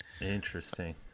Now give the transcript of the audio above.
interesting